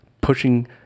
pushing